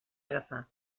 agafar